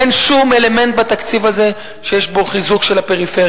אין בתקציב הזה שום אלמנט שיש בו חיזוק של הפריפריה.